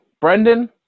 Brendan